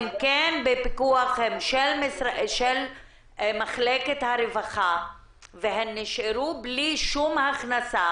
הן כן בפיקוח של מחלקת הרווחה והן נשארו בלי שום הכנסה.